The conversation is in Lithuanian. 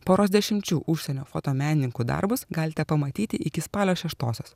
poros dešimčių užsienio fotomenininkų darbus galite pamatyti iki spalio šeštosios